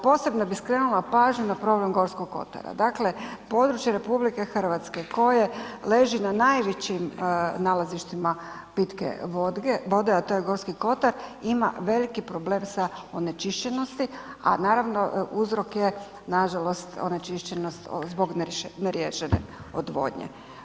Posebno bih skrenula pažnju na problem Gorskog kotara, dakle područje RH koje leži na najvećim nalazištima pitke vode, a to je Gorski kotar ima veliki problem sa onečišćenosti, a naravno uzrok je nažalost onečišćenost zbog neriješene odvodnje.